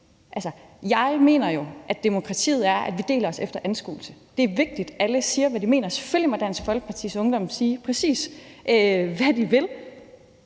jeg mener jo, at demokrati er, at vi deler os efter anskuelse. Det er vigtigt, at alle siger, hvad de mener. Selvfølgelig må Dansk Folkepartis Ungdom sige, præcis hvad de vil.